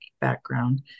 background